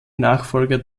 nachfolger